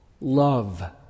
love